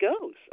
goes